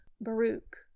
Baruch